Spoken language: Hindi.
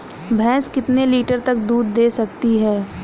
भैंस कितने लीटर तक दूध दे सकती है?